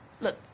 Look